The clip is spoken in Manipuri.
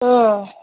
ꯑꯥ